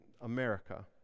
America